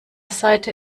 seite